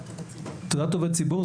תעודת עובד ציבור,